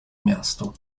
miastu